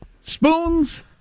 Spoons